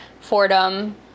Fordham